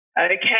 Okay